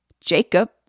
Jacob